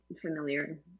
familiar